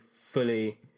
fully